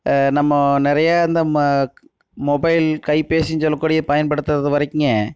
நம்ம நிறைய இந்த ம மொபைல் கைப்பேசினு சொல்லக்கூடிய பயன்படுத்துகிறது வரைக்குங்க